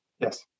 Yes